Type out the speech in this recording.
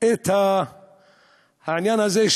את העניין הזה.